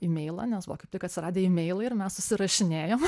imeilą nes buvo kaip tik atsiradę imeilai ir mes susirašinėjom